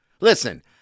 Listen